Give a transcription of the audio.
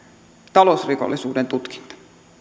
talousrikollisuuden tutkinta